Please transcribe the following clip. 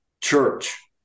church